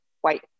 white